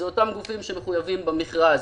אלה אותם גופים שמחויבים במכרז.